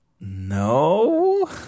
No